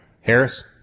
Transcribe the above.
Harris